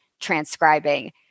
transcribing